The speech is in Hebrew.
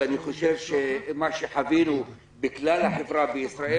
ואני חושב שמה שחווינו בכלל החברה בישראל